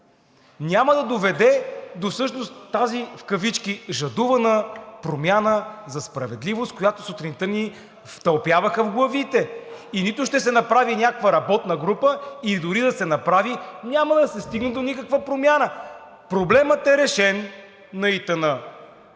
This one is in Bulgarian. няма да доведе до всъщност тази в кавички жадувана промяна за справедливост, която сутринта ни втълпяваха в главите. И нито ще се направи някаква работна група – и дори да се направи, няма да се стигне до никаква промяна! Проблемът на ИТН